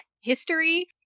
history